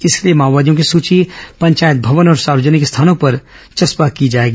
इसके लिए माओवादियों की सूची पंचायत भवन और सार्वजनिक स्थानों पर चस्पा की जाएगी